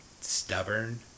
stubborn